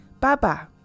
Baba